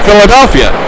Philadelphia